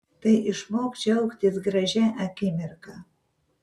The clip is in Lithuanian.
tai išmok džiaugtis gražia akimirka